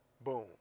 boom